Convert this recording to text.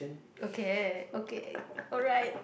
okay okay alright